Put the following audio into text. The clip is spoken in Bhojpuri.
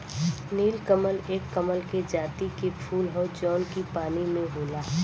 नीलकमल एक कमल के जाति के फूल हौ जौन की पानी में होला